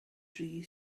dri